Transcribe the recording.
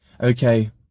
Okay